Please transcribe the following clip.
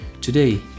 Today